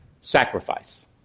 sacrifice